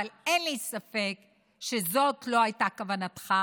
אבל אין לי ספק שזאת לא הייתה כוונתך,